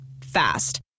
Fast